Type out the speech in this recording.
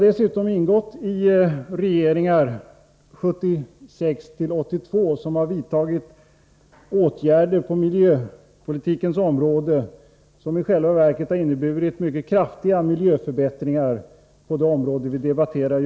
Dessutom har vi ingått i regeringar under åren 1976-1982, vilka vidtagit åtgärder på miljöpolitikens område, åtgärder som i själva verket inneburit mycket kraftiga förbättringar i det avseende som vi nu debatterar.